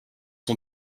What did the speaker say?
son